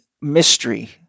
mystery